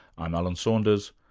i'm alan saunders.